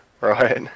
right